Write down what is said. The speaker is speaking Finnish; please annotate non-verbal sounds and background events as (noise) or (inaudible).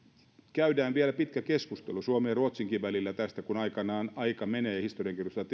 käydään vielä pitkä keskustelu suomen ja ruotsinkin välillä tästä kun aikanaan aika menee historiankirjoitusta (unintelligible)